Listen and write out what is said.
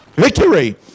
Victory